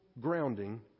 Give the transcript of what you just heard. grounding